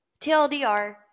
TLDR